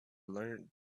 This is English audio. learned